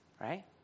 right